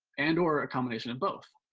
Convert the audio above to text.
and or a combination of both.